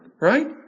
Right